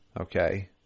Okay